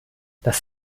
das